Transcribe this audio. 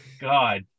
God